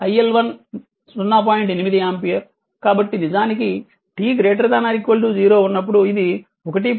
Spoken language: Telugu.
8 ఆంపియర్ కాబట్టి నిజానికి t ≥ 0 ఉన్నప్పుడు ఇది 1